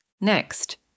Next